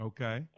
Okay